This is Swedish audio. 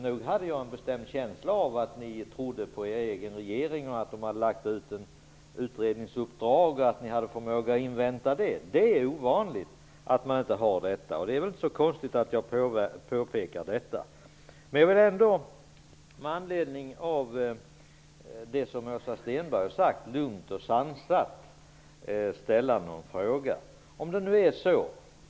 Nog hade jag en bestämd känsla av att ni trodde på er egen regering när den hade lagt ut ett utredningsuppdrag och att ni hade förmåga att invänta det. Det är ovanligt att man inte har det. Det är inte så konstigt att jag påpekar detta. Men jag vill ändå med anledning av det som Åsa Stenberg har sagt lugnt och sansat ställa en fråga.